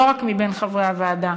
לא רק מבין חברי הוועדה,